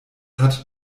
hat